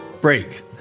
Break